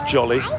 Jolly